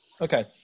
Okay